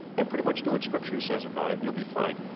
and pretty much do what scripture says about it, you'll be fine.